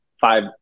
five